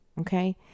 okay